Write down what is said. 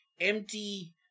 empty